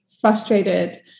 frustrated